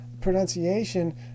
pronunciation